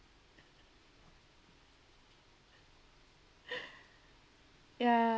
ya